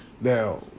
now